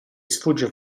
sfugge